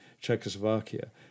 Czechoslovakia